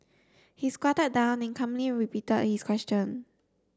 he squatted down and calmly repeated his question